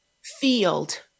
field